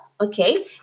Okay